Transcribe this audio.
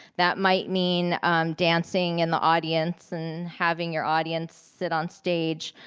that might mean dancing in the audience and having your audience sit on stage.